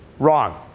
wrong.